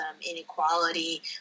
inequality